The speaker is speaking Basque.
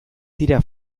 dira